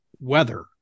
weather